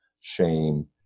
shame